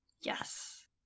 Yes